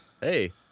Hey